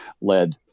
led